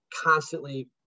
constantly